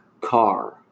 car